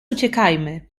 uciekajmy